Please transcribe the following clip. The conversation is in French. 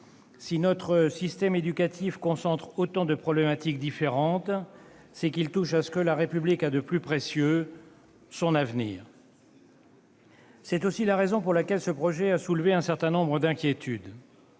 Si notre système éducatif concentre autant de problématiques différentes, c'est qu'il touche à ce que la République a de plus précieux : son avenir. C'est aussi la raison pour laquelle ce projet de loi a soulevé un certain nombre d'inquiétudes.